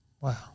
Wow